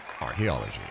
Archaeology